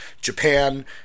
Japan